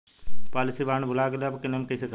Policy के bond भुला गैला पर बीमा क्लेम कईसे करम?